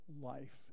life